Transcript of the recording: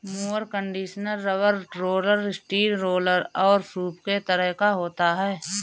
mower conditioner rubber roller, steel roller और soup के तरह का होता है